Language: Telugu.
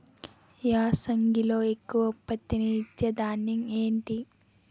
యాసంగిలో ఎక్కువ ఉత్పత్తిని ఇచే ధాన్యం ఏంటి?